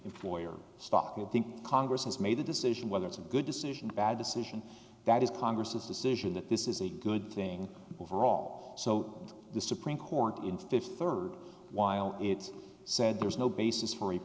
employer stock you think congress has made a decision whether it's a good decision bad decision that is congress's decision that this is a good thing overall so the supreme court in fifth third while it's said there is no basis f